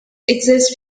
exist